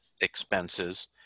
expenses